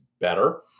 better